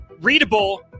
readable